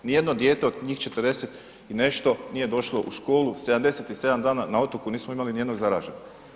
Ni jedno dijete od njih 40 i nešto nije došlo u školu, 77 dana na otoku nismo imali ni jednog zaraženog.